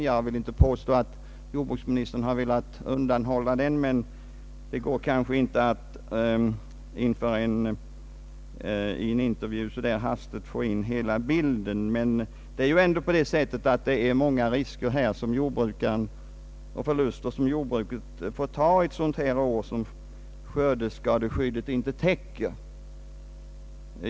Jag vill inte påstå att jordbruksministern har velat undanhålla den, men det går kanske inte att i en intervju så där hastigt få in hela bilden. Jordbruket får därtill ta många risker och förluster ett sådant här år, av det slag som skördeskadeskyddet inte täcker.